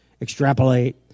extrapolate